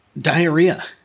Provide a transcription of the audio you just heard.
Diarrhea